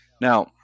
now